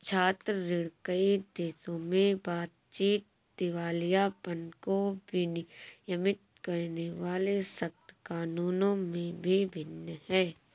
छात्र ऋण, कई देशों में बातचीत, दिवालियापन को विनियमित करने वाले सख्त कानूनों में भी भिन्न है